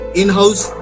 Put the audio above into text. in-house